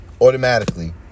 Automatically